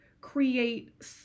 create